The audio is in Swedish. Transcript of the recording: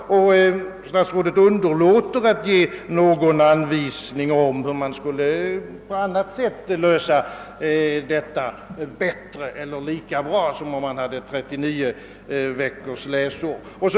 Statsrådet underlåter att ge någon anvisning om hur man på annat sätt skulle kunna lösa detta problem bättre eller lika bra som om man hade 39 veckors läsår.